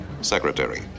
secretary